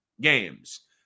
games